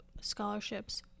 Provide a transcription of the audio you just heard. scholarships